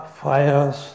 fires